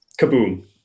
Kaboom